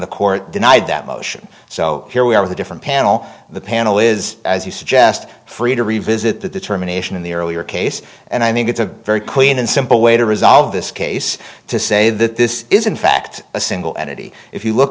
the court denied that motion so here we are with a different panel the panel is as you suggest free to revisit the determination in the earlier case and i think it's a very clean and simple way to resolve this case to say that this is in fact a single entity if you look